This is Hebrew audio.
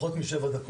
פחות משבע דקות,